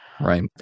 right